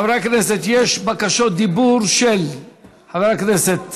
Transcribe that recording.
חברי הכנסת, יש בקשות דיבור של חבר הכנסת